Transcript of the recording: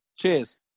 Cheers